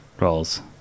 roles